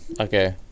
Okay